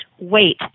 wait